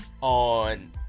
on